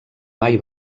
mai